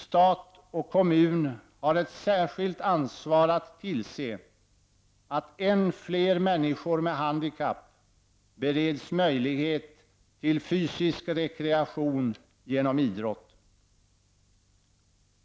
Stat och kommun har ett särskilt ansvar att tillse att än fler människor med handikapp bereds möjlighet till fysisk rekreation genom idrott.